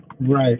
right